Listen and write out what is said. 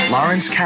Lawrence